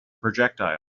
projectile